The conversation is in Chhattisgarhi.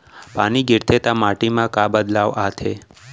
पानी गिरथे ता माटी मा का बदलाव आथे?